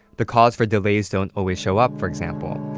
the cause for delays don't always show up, for example,